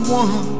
one